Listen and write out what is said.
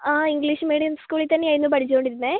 അ English medium സ്കൂളിൽ തന്നെ ആയിരുന്നു പഠിച്ചുകൊണ്ടിരുന്നത്